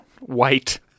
white